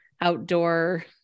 outdoor